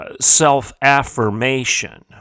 self-affirmation